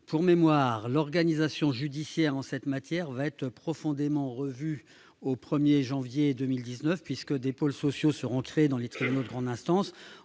que l'organisation judiciaire en cette matière va être profondément revue au 1 janvier 2019, puisque des pôles sociaux seront créés dans les tribunaux de grande instance,